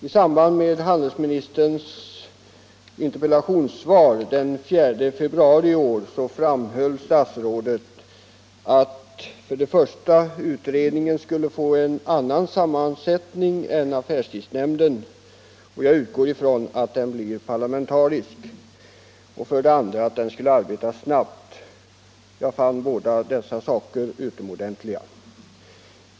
I samband med handelsministerns interpellationssvar till mig den 4 för det första att utredningen skulle få en annan sammansättning än affärstidsnämnden — jag utgår då från att den blir parlamentarisk — och för det andra att utredningen skulle arbeta snabbt. Jag fann båda dessa saker utomordentliga.